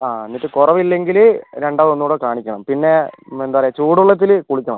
അതെ എന്നിട്ട് കുറവില്ലെങ്കില് രണ്ടാമത് ഒന്നൂടെ കാണിക്കണം പിന്നെ എന്താ പറയുക ചൂടുവെള്ളത്തിൽ കുളിക്കണം